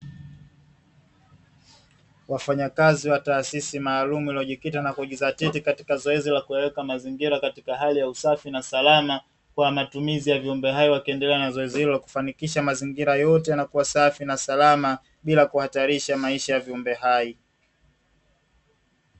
Wafanyakazi wa taasisi maalumu iliyojikita na kuijizatiti katika zoezi la kuweka mazingira katika hali ya usafi na salama kwa matumizi ya viumbe hai, wakiendelea na zoezi hilo la kufanikisha mazingira yote yanakuwa safi na salama bila kuhatarisha maisha ya viumbe hai.